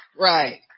right